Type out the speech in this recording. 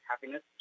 Happiness